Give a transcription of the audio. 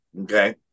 okay